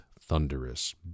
thunderous